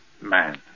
man